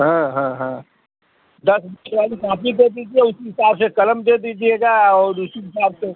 हाँ हाँ हाँ दस रुपये वाली कापी दे दीजिए उसी हिसाब से कलम दे दीजिएगा और उसी हिसाब से